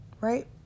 Right